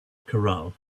corral